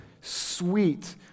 sweet